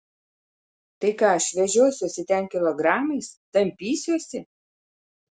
tai ką aš vežiosiuosi ten kilogramais tampysiuosi